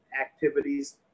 activities